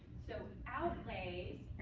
so outlays,